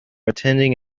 attending